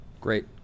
Great